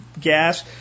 gas